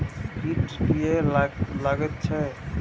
कीट किये लगैत छै?